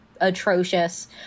atrocious